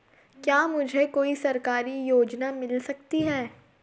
क्या मुझे कोई सरकारी योजना मिल सकती है?